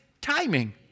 timing